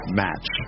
match